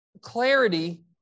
clarity